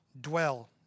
dwell